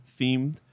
themed